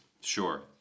Sure